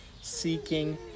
seeking